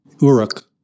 Uruk